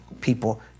people